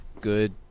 good